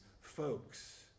folks